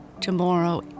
Tomorrow